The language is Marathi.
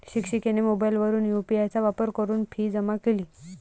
शिक्षिकेने मोबाईलवरून यू.पी.आय चा वापर करून फी जमा केली